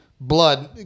blood